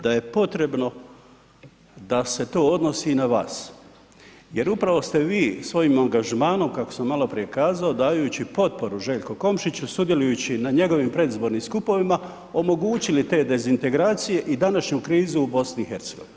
Da je potrebno da se to odnosi i na vas, jer upravo ste vi svojim angažmanom kako sam maloprije kazao dajući potporu Željku Komšiću, sudjelujući na njegovim predizbornim skupovima omogućili te dezintegracije i današnju krizu u BiH.